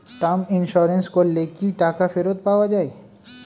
Term insurance করলে কি টাকা ফেরত পাওয়া যায়?